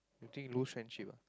you think lose friendship ah